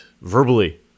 verbally